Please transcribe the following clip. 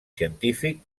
científic